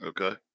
Okay